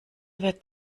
wird